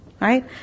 right